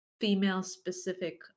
female-specific